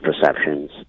perceptions